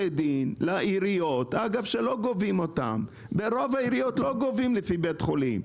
העיריות לא גובות את הארנונה לפי בית חולים,